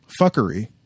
fuckery